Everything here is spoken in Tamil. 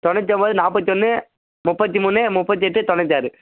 தொண்ணூற்றி ஒன்போது நாற்பத்தி ஒன்று முப்பத்தி மூணு முப்பத்தி எட்டு தொண்ணூற்றி ஆறு